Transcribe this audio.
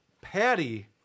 Patty